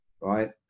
right